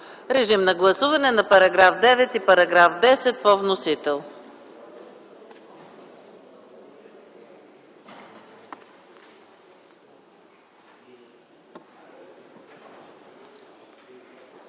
Режим на гласуване на параграфи 9 и 10 по вносител.